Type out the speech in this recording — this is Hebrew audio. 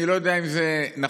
אני לא יודע אם זה נכון,